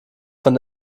von